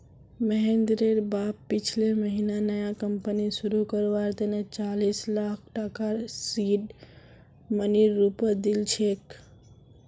महेंद्रेर बाप पिछले महीना नया कंपनी शुरू करवार तने चालीस लाख टकार सीड मनीर रूपत दिल छेक